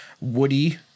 Woody